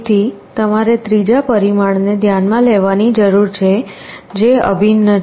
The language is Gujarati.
તેથી તમારે ત્રીજા પરિમાણને ધ્યાનમાં લેવાની જરૂર છે જે અભિન્ન છે